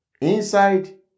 inside